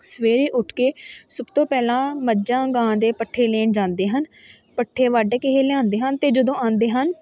ਸਵੇਰੇ ਉੱਠ ਕੇ ਸਭ ਤੋਂ ਪਹਿਲਾਂ ਮੱਝਾਂ ਗਾਂ ਦੇ ਪੱਠੇ ਲੈਣ ਜਾਂਦੇ ਹਨ ਪੱਠੇ ਵੱਢ ਕੇ ਇਹ ਲਿਆਉਂਦੇ ਹਨ ਅਤੇ ਜਦੋਂ ਆਉਂਦੇ ਹਨ